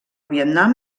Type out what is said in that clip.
vietnam